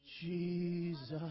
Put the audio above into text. Jesus